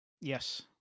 Yes